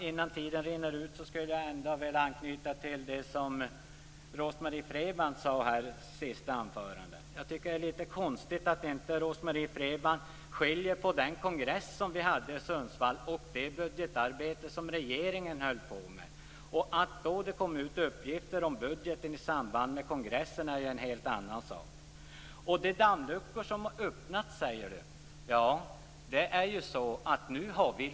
Innan tiden rinner ut skulle jag vilja anknyta till det som Rose-Marie Frebran sade i sitt senaste anförande. Jag tycker att det är litet konstigt att inte Rose-Marie Frebran skiljer på den kongress som vi hade i Sundsvall och det budgetarbete som regeringen höll på med. Att det kom ut uppgifter om budgeten i samband med kongressen är en helt annan sak. De dammluckor som har öppnats talar Rose-Marie Frebran om.